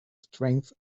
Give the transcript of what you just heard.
strength